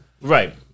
Right